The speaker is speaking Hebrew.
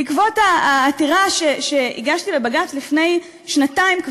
בעקבות העתירה שהגשתי לבג"ץ כבר לפני שנתיים,